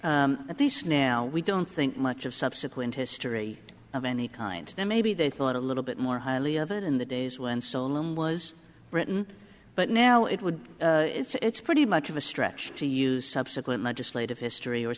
usually at least now we don't think much of subsequent history of any kind then maybe they thought a little bit more highly of it in the days when saddam was written but now it would be it's pretty much of a stretch to use subsequent legislative history or